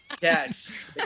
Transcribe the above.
catch